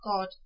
God